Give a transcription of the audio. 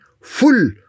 full